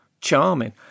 charming